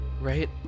right